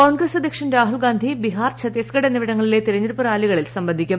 കോൺഗ്രസ് അധ്യക്ഷൻ രാഹുൽ ഗാന്ധി ബിഹാർ ഛത്തിസ്ഗഡ് എന്നിവിടങ്ങളിലെ തെരഞ്ഞെടുപ്പ് റാലികളിൽ സംബന്ധിക്കും